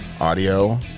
audio